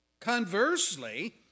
Conversely